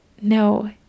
no